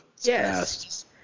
Yes